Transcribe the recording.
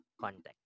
context